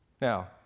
Now